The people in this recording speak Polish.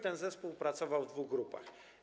Ten zespół pracował w dwóch grupach.